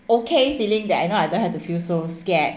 okay feeling that I know I don't have to feel so scared